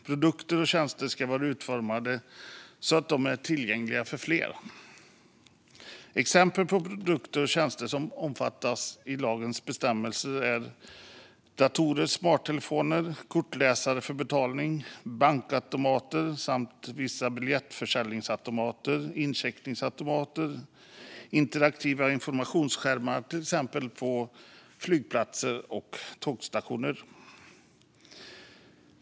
Produkter och tjänster ska vara utformade så att de är tillgängliga för fler. Exempel på produkter och tjänster som omfattas av lagens bestämmelser är datorer, smarttelefoner, kortläsare för betalning, bankautomater samt vissa biljettförsäljningsautomater, incheckningsautomater och interaktiva informationsskärmar på till exempel flygplatser och tågstationer.